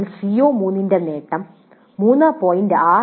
ഞങ്ങൾ CO3 ന്റെ നേട്ടം 3